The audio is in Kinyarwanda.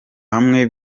hamwe